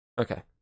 Okay